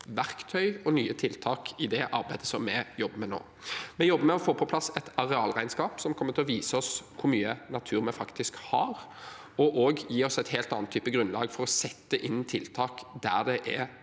verktøy og nye tiltak i det arbeidet vi jobber med nå. Vi jobber med å få på plass et arealregnskap som kommer til å vise oss hvor mye natur vi faktisk har, og som gir oss en helt annen type grunnlag for å sette inn tiltak der det er